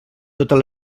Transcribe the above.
totes